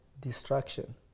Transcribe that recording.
destruction